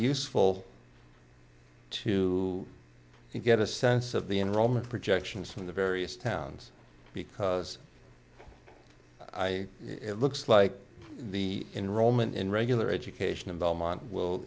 useful to get a sense of the enrollment projections from the various towns because i looks like the enrollment in regular education in belmont will